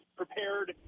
prepared